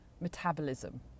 metabolism